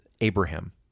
Abraham